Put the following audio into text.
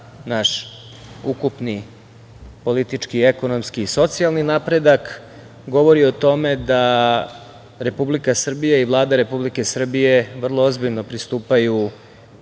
naš ukupni politički, ekonomski i socijalni napredak, govori o tome da Republika Srbija i Vlada Republike Srbije vrlo ozbiljno pristupaju